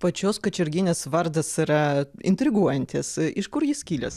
pačios kačerginės vardas yra intriguojantis iš kur jis kilęs